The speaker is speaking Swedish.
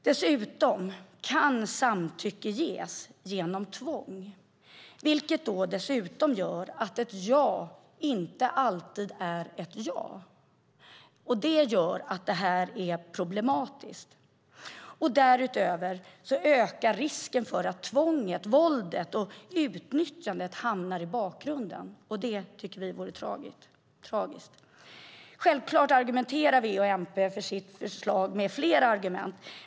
Dessutom kan samtycke ges genom tvång, vilket gör att ett ja inte alltid är ett ja. Det gör att det här är problematiskt. Därutöver ökar risken för att tvånget, våldet och utnyttjandet hamnar i bakgrunden, och det tycker vi vore tragiskt. Självklart argumenterar V och MP för sitt förslag med flera argument.